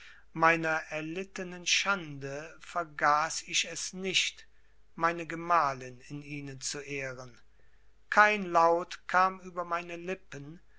meiner erlittenen schande vergaß ich es nicht meine gemahlin in ihnen zu ehren kein laut kam über meine lippen